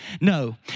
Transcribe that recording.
No